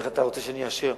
איך אתה רוצה שאני אאשר,